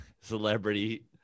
celebrity